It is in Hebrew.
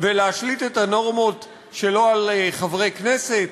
ולהשליט את הנורמות שלו על חברי כנסת?